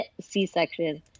C-section